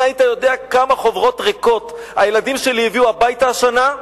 אם היית יודע כמה חוברות ריקות הילדים שלי הביאו הביתה השנה,